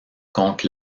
contre